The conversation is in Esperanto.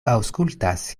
aŭskultas